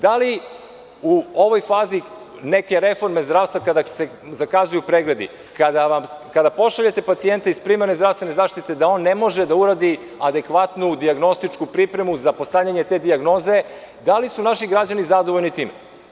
Da li u ovoj fazi neke reforme zdravstva, kada se zakazuju pregledi, kada pošaljete pacijenta iz primarne zdravstvene zaštite da on ne može da uradi adekvatnu dijagnostičku pripremu za postavljanje te dijagnoze, da li su naši građani zadovoljni time?